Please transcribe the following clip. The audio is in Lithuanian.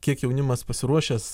kiek jaunimas pasiruošęs